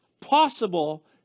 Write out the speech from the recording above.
possible